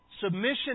Submission